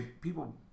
people